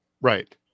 Right